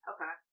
Okay